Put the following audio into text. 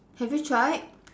have you tried